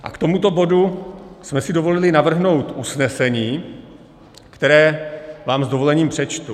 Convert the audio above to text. K tomuto bodu jsme si dovolili navrhnout usnesení, které vám s dovolením přečtu: